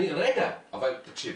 רגע, אבל תקשיב.